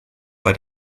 bei